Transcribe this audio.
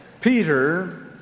Peter